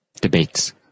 debates